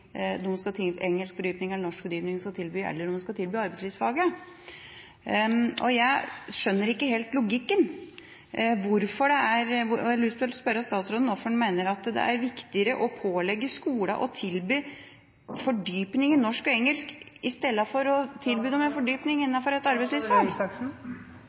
norsk fordypning eller arbeidslivsfaget. Jeg skjønner ikke helt logikken, og jeg vil spørre statsråden hvorfor han mener at det er viktigere å pålegge skolene å tilby fordypning i norsk og engelsk